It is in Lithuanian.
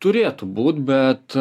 turėtų būt bet